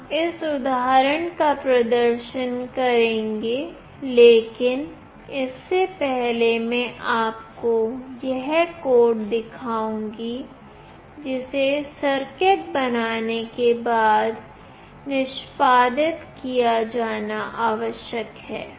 हम इस उदाहरण का प्रदर्शन करेंगे लेकिन इससे पहले मैं आपको वह कोड दिखाऊंगी जिसे सर्किट बनाने के बाद निष्पादित किया जाना आवश्यक है